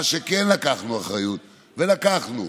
מה שכן לקחנו עליו את האחריות, ולקחנו,